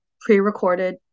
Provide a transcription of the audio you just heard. pre-recorded